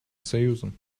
союзом